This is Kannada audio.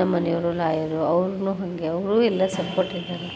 ನಮ್ಮಮನೆಯವ್ರು ಲಾಯರು ಅವರೂನೂ ಹಾಗೆ ಅವರು ಎಲ್ಲ ಸಪೋರ್ಟ್ ಇದ್ದಾರೆ